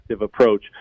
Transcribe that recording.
approach